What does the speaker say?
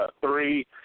Three